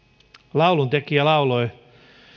lauluntekijä lauloi